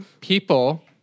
people